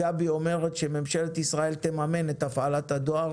גבי לסקי אומרת שממשלת ישראל תממן את הפעלת הדואר